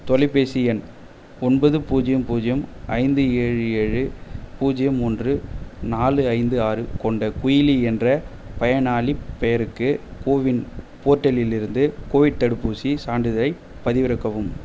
தொலைபேசி எண் ஒன்பது பூஜ்ஜியம் பூஜ்யம் ஐந்து ஏழு ஏழு பூஜ்ஜியம் ஒன்று நாலு ஐந்து ஆறு கொண்ட குயிலி என்ற பயனாளிப் பெயருக்கு கோவின் போர்ட்டலிலிருந்து கோவிட் தடுப்பூசி சான்றிதழை பதிவிறக்கவும்